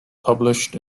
published